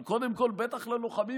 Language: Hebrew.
אבל קודם כול בטח ללוחמים,